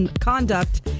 conduct